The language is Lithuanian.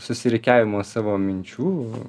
susirykiavimo savo minčių